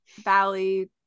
Valley